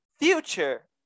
future